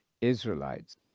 Israelites